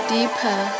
deeper